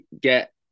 get